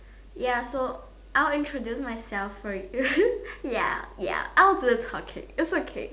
ya so I will introduce myself for ya ya I will do the talking its okay